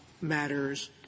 matters